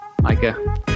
Micah